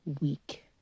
week